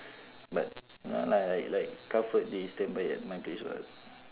but no lah like comfort they standby at my place [what]